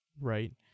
right